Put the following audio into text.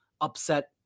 upset